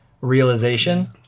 realization